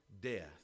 death